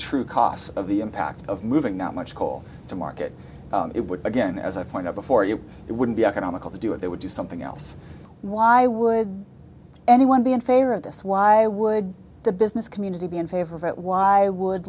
true costs of the impact of moving not much coal to market it would again as i point out before you it wouldn't be economical to do it they would do something else why would anyone be in favor of this why would the business community be in favor of it why would